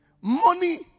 money